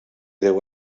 deu